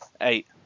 eight